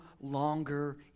longer